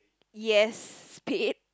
yes spade